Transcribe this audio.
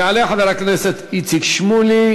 יעלה חבר הכנסת איציק שמולי,